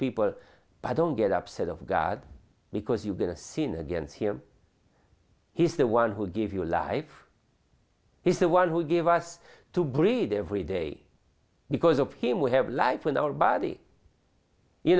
people i don't get upset of god because you've been a sin against him he's the one who gave you life he's the one who gave us to breathe every day because of him we have light when our body